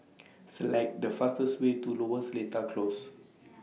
Select The fastest Way to Lower Seletar Close